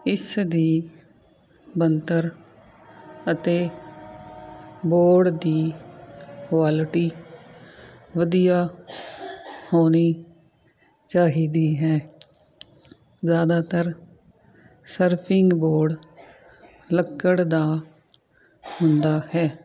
ਇਸ ਦੀ ਬਣਤਰ ਅਤੇ ਬੋਰਡ ਦੀ ਕੁਆਲਿਟੀ ਵਧੀਆ ਹੋਣੀ ਚਾਹੀਦੀ ਹੈ ਜ਼ਿਆਦਾਤਰ ਸਰਫਿੰਗ ਬੋਰਡ ਲੱਕੜ ਦਾ ਹੁੰਦਾ ਹੈ